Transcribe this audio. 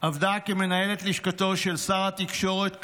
עבדה כמנהלת לשכתו של שר התקשורת קרעי,